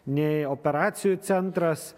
nei operacijų centras